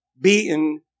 beaten